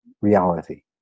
reality